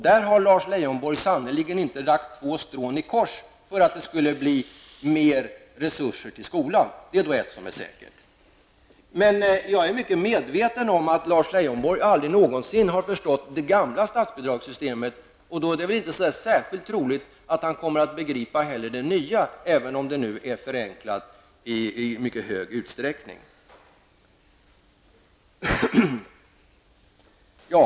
Där har Lars Leijonborg sannerligen inte lagt två strån i kors för att det skulle kunna bli mer resurser till skolan. Det är ett som är säkert. Jag är mycket medveten om att Lars Leijonborg aldrig någonsin har förstått det gamla statsbidragssystemet. Det är då inte särskilt troligt att han kommer att begripa det nya heller, även om det i mycket stor utsträckning är förenklat.